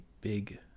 big